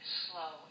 slow